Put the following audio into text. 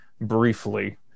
briefly